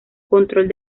control